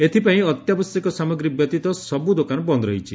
ଏଥ୍ପାଇଁ ଅତ୍ୟାବଶ୍ୟକ ସାମଗ୍ରୀ ବ୍ୟତୀତ ସବୁ ଦୋକାନ ବନ୍ଦ ରହିଛି